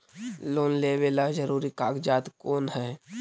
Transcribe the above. Loan लेब ला जरूरी कागजात कोन है?